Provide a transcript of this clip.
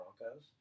Broncos